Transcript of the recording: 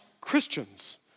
Christians